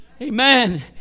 Amen